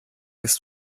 ist